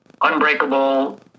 unbreakable